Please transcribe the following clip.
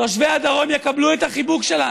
תושבי הדרום יקבלו את החיבוק שלנו.